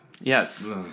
Yes